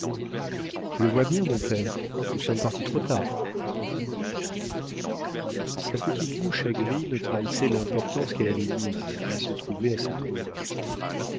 tu le vois bien mon père nous sommes partis trop tard sa petite moue chagrine trahissait l'importance qu'elle avait mise à se trouver à cette revue